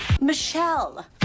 Michelle